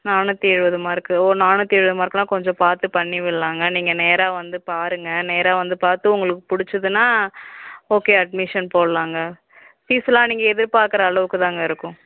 நானூற்றி எழுபது மார்க்கு ஓ நானூற்றி எழுபது மார்க்குனால் கொஞ்சம் பார்த்து பண்ணிவிடலாங்க நீங்கள் நேராக வந்து பாருங்கள் நேராக வந்து பார்த்து உங்களுக்கு பிடிச்சிதுனா ஓகே அட்மிஷன் போடலாங்க ஃபீஸ்லாம் நீங்கள் எதிர்பார்க்கிற அளவுக்குதாங்க இருக்கும்